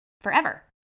forever